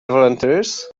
volunteers